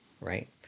right